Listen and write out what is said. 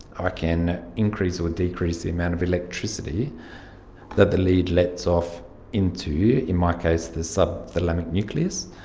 i can increase or decrease the amount of electricity that the lead lets off into, in my case, the subthalamic nucleus,